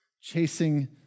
chasing